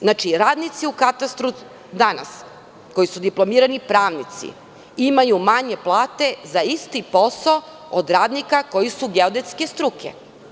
Znači, danas radnici u katastru koji su diplomirani pravnici imaju manje plate za isti posao od radnika koji su geodetske struke.